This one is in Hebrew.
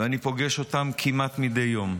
ואני פוגש אותם כמעט מדי יום,